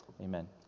Amen